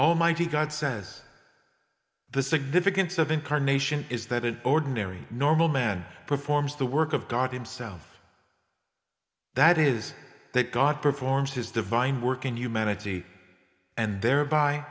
almighty god says the significance of incarnation is that an ordinary normal man performs the work of god himself that is that god performs his divine work in humanity and thereby